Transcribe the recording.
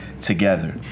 together